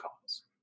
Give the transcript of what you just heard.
cause